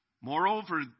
Moreover